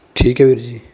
ਠੀਕ ਹੈ ਵੀਰ ਜੀ